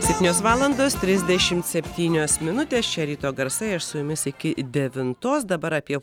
septynios valandos trisdešimt septynios minutės čia ryto garsai aš su jumis iki devintos dabar apie